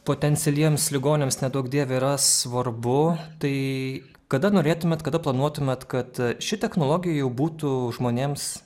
potencialiems ligoniams neduok dieve yra svarbu tai kada norėtumėt kada planuotumėt kad ši technologija jau būtų žmonėms